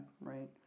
right